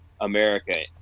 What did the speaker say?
America